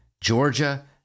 Georgia